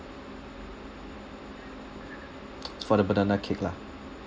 for the banana cake lah